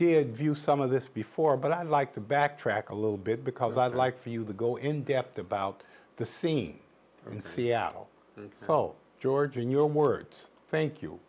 you some of this before but i'd like to backtrack a little bit because i'd like for you to go in depth about the scene in seattle oh george in your own words thank you